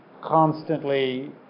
constantly